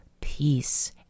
peace